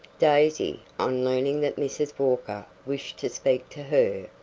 daisy, on learning that mrs. walker wished to speak to her,